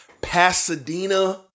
Pasadena